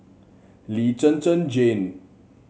Lee Zhen Zhen Jane